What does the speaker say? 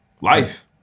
life